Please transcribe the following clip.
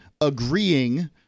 agreeing